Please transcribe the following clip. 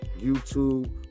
YouTube